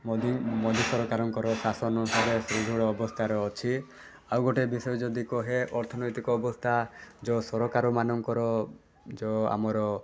ମୋ ମୋଦି ସରକାରଙ୍କର ଶାସନ ଫଳେ ସୁଦୃଢ଼ ଅବସ୍ଥାରେ ଅଛି ଆଉ ଗୋଟେ ବିଷୟ ଯଦି କୁହେ ଅର୍ଥନୀତି ଅବସ୍ଥା ଯେଉଁ ସରକାର ମାନଙ୍କର ଯେଉଁ ଆମର